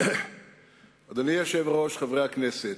אדוני היושב-ראש, חברי הכנסת,